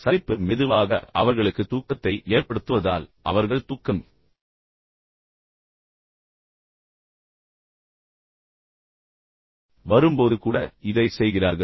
சலிப்பு மெதுவாக அவர்களுக்கு தூக்கத்தை ஏற்படுத்துவதால் அவர்கள் தூக்கம் வரும்போது கூட இதைச் செய்கிறார்கள்